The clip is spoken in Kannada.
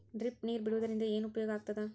ಡ್ರಿಪ್ ನೇರ್ ಬಿಡುವುದರಿಂದ ಏನು ಉಪಯೋಗ ಆಗ್ತದ?